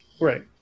right